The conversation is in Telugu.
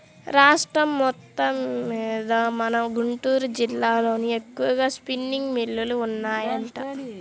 రాష్ట్రం మొత్తమ్మీద మన గుంటూరు జిల్లాలోనే ఎక్కువగా స్పిన్నింగ్ మిల్లులు ఉన్నాయంట